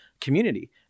community